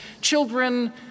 children